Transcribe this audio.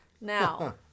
Now